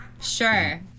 Sure